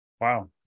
Wow